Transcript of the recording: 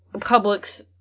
public's